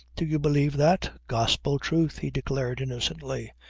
do you believe that? gospel truth, he declared innocently.